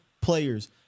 players